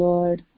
Lord